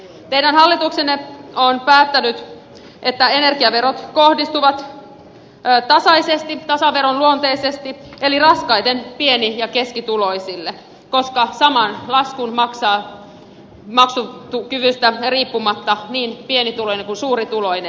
teidän hallituksenne on päättänyt että energiaverot kohdistuvat tasaisesti tasaveron luonteisesti eli raskaiten pieni ja keskituloisille koska saman laskun maksaa maksukyvystä riippumatta niin pienituloinen kuin suurituloinen